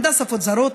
למדה שפות זרות,